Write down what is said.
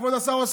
כבוד השר,